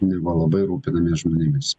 neva labai rūpinamės žmonėmis